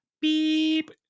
Beep